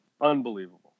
unbelievable